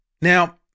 Now